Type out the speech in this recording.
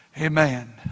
Amen